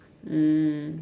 mm